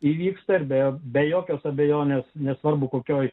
įvyksta be be jokios abejonės nesvarbu kokioje